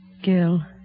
Gil